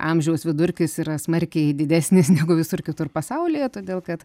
amžiaus vidurkis yra smarkiai didesnis negu visur kitur pasaulyje todėl kad